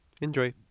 enjoy